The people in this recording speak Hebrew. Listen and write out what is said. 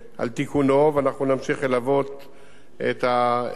ואנחנו נמשיך ללוות את הדברים האלה.